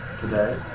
today